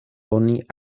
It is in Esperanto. oni